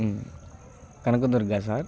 Kanakadurga sir